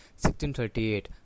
1638